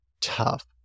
tough